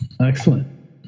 Excellent